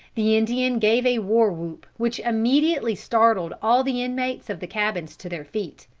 the indian gave a war-whoop, which immediately startled all the inmates of the cabins to their feet.